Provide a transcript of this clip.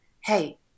hey